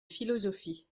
philosophie